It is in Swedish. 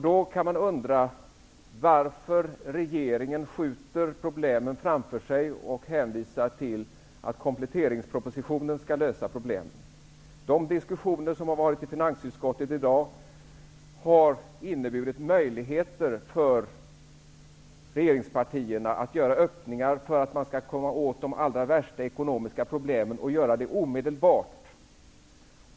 Då kan man undra varför regeringen skjuter problemen framför sig och hänvisar till att kompletteringspropositionen skall lösa problemen. De diskussioner som har varit i finansutskottet i dag har inneburit möjligheter för regeringspartierna till öppningar för att man skall komma åt de allra värsta ekonomiska problemen och göra det omedelbart.